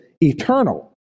eternal